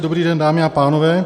Dobrý den, dámy a pánové.